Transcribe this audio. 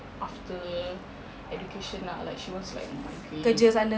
after education ah like she wants like migrate